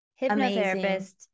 hypnotherapist